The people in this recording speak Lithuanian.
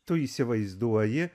tu įsivaizduoji